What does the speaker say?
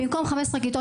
במקום 15 כיתות,